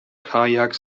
kajak